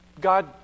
God